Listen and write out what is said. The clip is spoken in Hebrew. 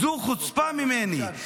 זו חוצפה ממני.